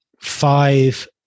five